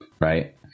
right